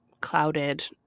clouded